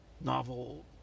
novel